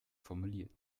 formuliert